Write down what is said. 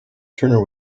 turner